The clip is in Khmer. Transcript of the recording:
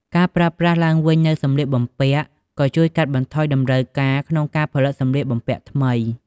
ការប្រើប្រាស់ឡើងវិញនូវសម្លៀកបំពាក់ ក៏ជួយកាត់បន្ថយតម្រូវការក្នុងការផលិតសម្លៀកបំពាក់ថ្មី។